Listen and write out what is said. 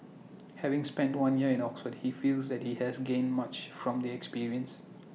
having spent one year in Oxford he feels that he has gained much from the experience